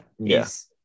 Yes